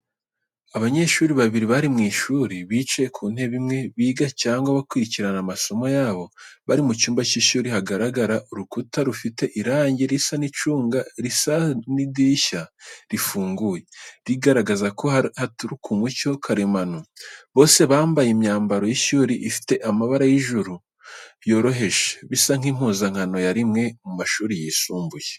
Abanyeshuri babiri bari mu ishuri, bicaye ku ntebe imwe, biga cyangwa bakurikirana amasomo yabo. Bari mu cyumba cy’ishuri, haragaragara urukuta rufite irangi risa n'icunga risaza n'idirishya rifunguye, rigaragaza ko haturuka umucyo karemano. Bose bambaye imyambaro y’ishuri ifite amabara y’ijuru yoroheje, bisa nk’impuzankano ya rimwe mu mashuri yisumbuye.